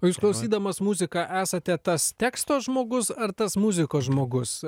o jūs klausydamas muziką esate tas teksto žmogus ar tas muzikos žmogus